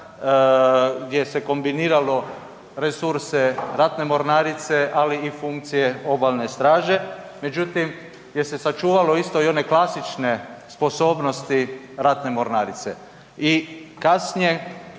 gdje se kombiniralo resurse ratne mornarice, ali i funkcije obalne straže, međutim gdje se sačuvalo isto i one klasične sposobnosti ratne mornarice.